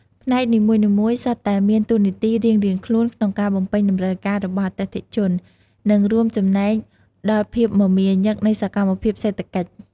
ផ្នែកនីមួយៗសុទ្ធតែមានតួនាទីរៀងៗខ្លួនក្នុងការបំពេញតម្រូវការរបស់អតិថិជន និងរួមចំណែកដល់ភាពមមាញឹកនៃសកម្មភាពសេដ្ឋកិច្ច។